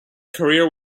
career